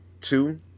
two